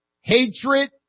hatred